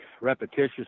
repetitious